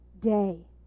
day